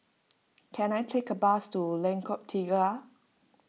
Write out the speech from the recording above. can I take a bus to Lengkok Tiga